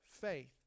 faith